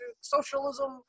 socialism